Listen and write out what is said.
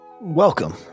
Welcome